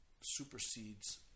supersedes